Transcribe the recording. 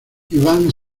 iván